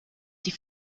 die